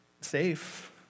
safe